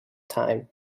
time